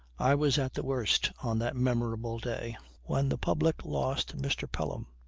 i was at the worst on that memorable day when the public lost mr. pelham.